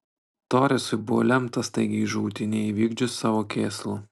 toresui buvo lemta staigiai žūti neįvykdžius savo kėslų